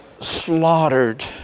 slaughtered